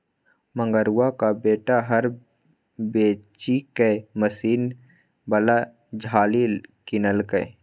मंगरुआक बेटा हर बेचिकए मशीन बला झालि किनलकै